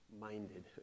minded